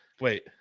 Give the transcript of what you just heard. Wait